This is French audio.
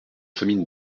famille